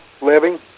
living